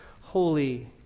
holy